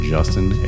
Justin